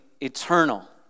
eternal